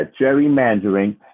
gerrymandering